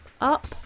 up